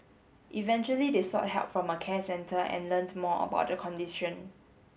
eventually they sought help from a care centre and learnt more about the condition